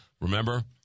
remember